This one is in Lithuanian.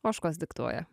ožkos diktuoja